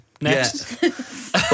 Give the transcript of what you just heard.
Next